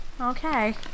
Okay